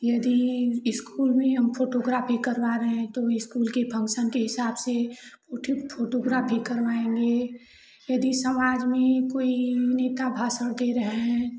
यदि स्कूल में हम फोटोग्राफी हम करवा रहे हैं तो स्कूल के फंक्शन के हिसाब से उठित फोटोग्राफी करवाएँगे यदि समाज में ही कोई हिन्दी का भाषण दे रहा है